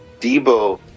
Debo